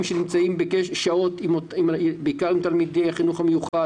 שנמצאים שעות בעיקר עם תלמידי החינוך המיוחד